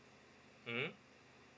mmhmm